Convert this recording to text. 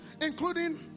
including